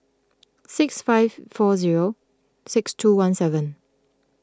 six five four zero six two one seven